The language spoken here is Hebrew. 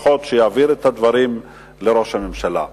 לפחות שיעביר את הדברים לראש הממשלה ולממשלה,